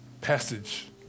passage